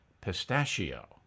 pistachio